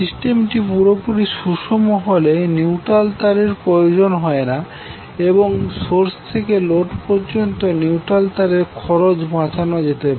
সিস্টেমটি পুরোপুরি সুষম হলে নিউট্রাল তারের প্রয়োজন হয় না এবং সোর্স থেকে লোড পর্যন্ত নিউট্রাল তারের খরচ বাঁচানো যেতে পারে